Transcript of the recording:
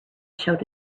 showed